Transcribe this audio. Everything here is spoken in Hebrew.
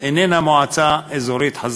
אני לא הכתובת לזה.